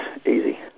Easy